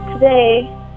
Today